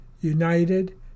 United